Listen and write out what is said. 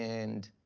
and,